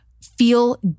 feel